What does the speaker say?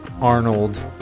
arnold